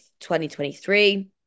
2023